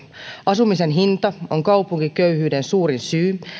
asumisen hinta on kaupunkiköyhyyden suurin syy